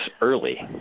early